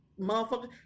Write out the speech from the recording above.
motherfucker